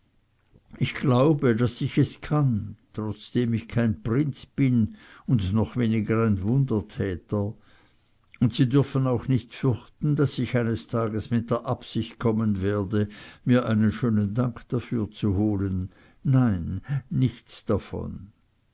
ich glaube daß ich es kann trotzdem ich kein prinz bin und noch weniger ein wundertäter und sie dürfen auch nicht fürchten daß ich eines tages mit der absicht kommen werde mir einen schönen dank dafür zu holen nein nichts davon